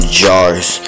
jars